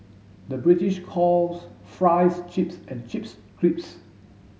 the British calls fries chips and chips crisps